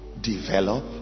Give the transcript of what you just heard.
develop